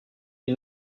une